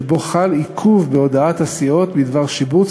שבו חל עיכוב בהודעת הסיעות בדבר שיבוץ